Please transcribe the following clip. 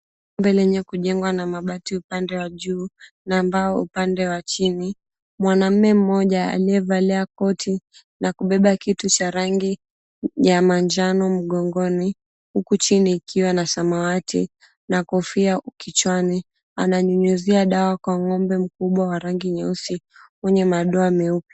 Lenye kujengwa na mabati upande wa juu, na mbao upande wa chini. Mwanaume mmoja aliyevalia koti na kubeba kitu cha rangi ya manjano mgongoni, huku chini ikiwa na samawati na kofia kichwani. Ananyunyuzia dawa kwa ng'ombe mkubwa wa rangi nyeusi mwenye madoa meupe.